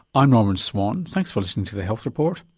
i'm norman swan, thanks for listening to the health report.